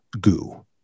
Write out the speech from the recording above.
goo